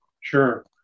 Sure